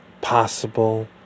possible